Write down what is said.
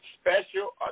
Special